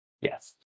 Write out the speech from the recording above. Yes